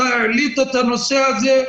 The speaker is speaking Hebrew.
העלית את הנושא הזה,